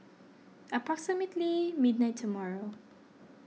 approximately midnight tomorrow